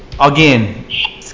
Again